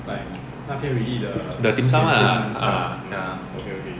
the dim sum lah ah